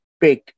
big